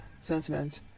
sentiment